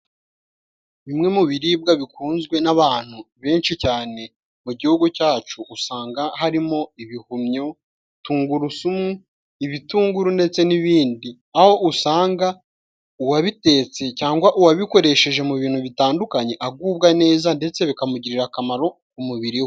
Bimwe mu biribwa bikunzwe n'abantu benshi cyane mu gihugu cyacu usanga harimo: ibihumyo, tungurusumu, ibitunguru ndetse n'ibindi, aho usanga uwabitetse cyangwa uwabikoresheje mu bintu bitandukanye agubwa neza, ndetse bikamugirira akamaro ku mubiri we.